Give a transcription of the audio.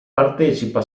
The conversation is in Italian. partecipa